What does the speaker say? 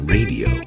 Radio